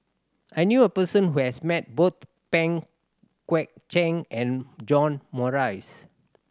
I knew a person who has met both Pang Guek Cheng and John Morrice